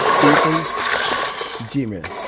people's g-mail.